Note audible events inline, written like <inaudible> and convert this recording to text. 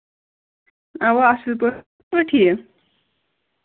اَوا اَصٕل پٲٹھۍ <unintelligible> ٹھیٖک